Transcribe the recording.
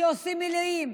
שעושים מילואים,